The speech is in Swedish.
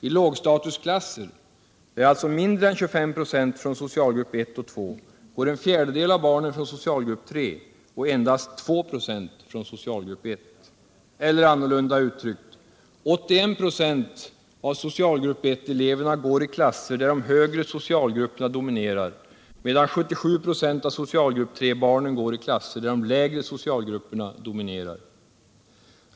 TI lågstatusklasser går en fjärdedel av barnen från socialgrupp III och endast 2 96 från I, eller annorlunda uttryckt: 81 96 av socialgrupp I-eleverna går i klasser där de högre socialgrupperna dominerar, medan 77 9 av socialgrupp III-barnen går i klasser där de lägre socialgrupperna dominerar.